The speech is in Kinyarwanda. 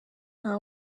nta